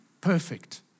perfect